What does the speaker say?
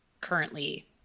currently